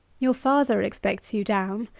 your father expects you down.